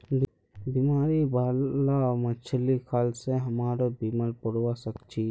बीमारी बाला मछली खाल से हमरो बीमार पोरवा सके छि